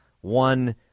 One